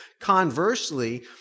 Conversely